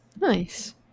Nice